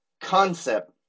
concept